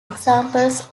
examples